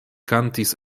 kantis